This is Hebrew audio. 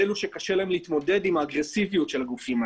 באלו שקשה להם להתמודד עם האגרסיביות של הגופים.